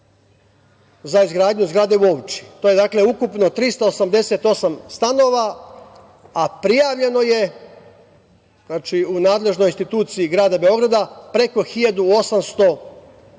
za izgradnju zgrade u Ovči, to je, dakle, ukupno 388 stanova, a prijavljeno je u nadležnoj instituciji grada Beograda preko 1.800